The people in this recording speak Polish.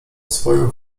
swoją